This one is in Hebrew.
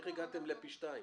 איך הגעתם לפי שניים?